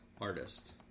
artist